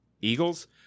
Eagles